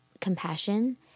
compassion